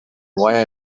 why